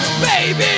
Baby